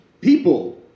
people